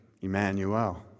Emmanuel